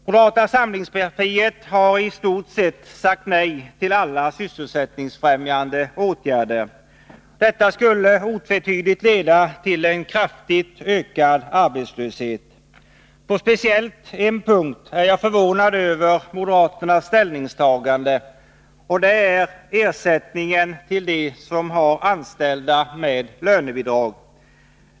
Moderata samlingspartiet har i stort sett sagt nej till alla sysselsättningsfrämjande åtgärder. Detta skulle otvetydigt leda till en kraftigt ökad arbetslöshet. På speciellt en punkt är jag förvånad över moderaternas ställningstagande, och det gäller ersättningen till dem som har anställda med lönebidrag.